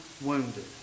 wounded